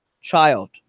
child